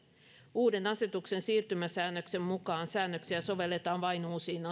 uuden asetuksen siirtymäsäännöksen mukaan säännöksiä sovelletaan vain uusiin